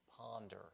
ponder